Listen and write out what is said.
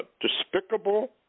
despicable